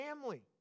family